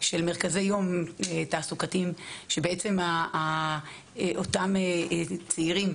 של מרכזי יום תעסוקתיים שאותם צעירים,